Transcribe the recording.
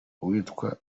uwitwa